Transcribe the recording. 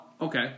Okay